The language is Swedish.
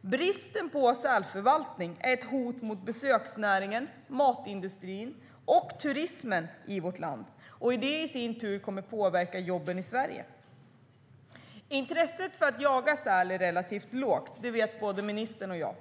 Bristen på sälförvaltning är ett hot mot besöksnäringen, matindustrin och turismen i vårt land. Det i sin tur kommer att påverka jobben i Sverige. Intresset av att jaga säl är relativt lågt - det vet både ministern och jag.